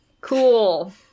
Cool